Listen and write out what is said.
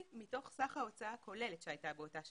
מתוך סך ההוצאה הכוללת שהייתה באותה שנה,